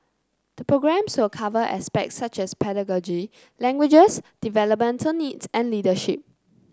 the programmes will cover aspects such as pedagogy languages developmental needs and leadership